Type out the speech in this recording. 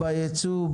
בייצוא,